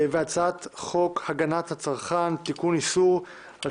התש"ף-2020 והצעת חוק הגנת הצרכן (תיקון איסור על